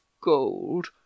gold